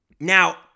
Now